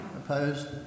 Opposed